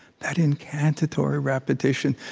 that incantatory repetition,